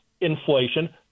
inflation